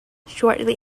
shortly